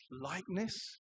likeness